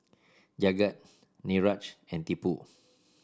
Jagat Niraj and Tipu